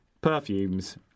perfumes